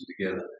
together